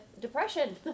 depression